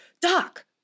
doc